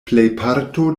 plejparto